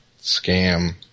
scam